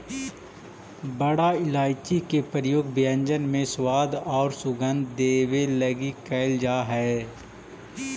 बड़ा इलायची के प्रयोग व्यंजन में स्वाद औउर सुगंध देवे लगी कैइल जा हई